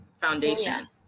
foundation